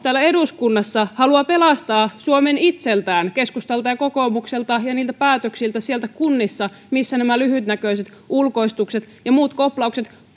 täällä eduskunnassa haluavat pelastaa suomen itseltään keskustalta ja kokoomukselta ja niiltä päätöksiltä siellä kunnissa joilla nämä lyhytnäköiset ulkoistukset ja muut koplaukset